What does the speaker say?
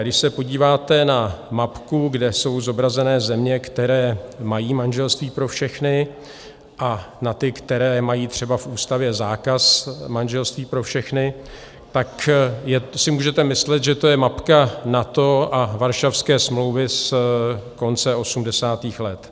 Když se podíváte na mapku, kde jsou zobrazené země, které mají manželství pro všechny, a na ty, které mají třeba v ústavě zákaz manželství pro všechny, tak si můžete myslet, že to je mapka NATO a Varšavské smlouvy z konce osmdesátých let.